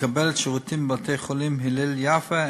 מקבלת שירותים בבתי-החולים הלל יפה,